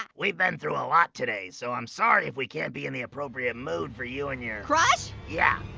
we've been through a lot today, so i'm sorry if we can't be in the appropriate mood for you and your crush? yeah,